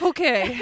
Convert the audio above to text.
Okay